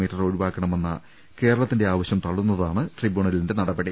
metre ഒഴിവാക്കണമെന്ന കേരളത്തിന്റെ ആവശ്യം തള ളുന്നതാണ് ട്രിബ്യൂണലിന്റെ നടപടി